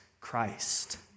Christ